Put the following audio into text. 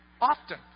Often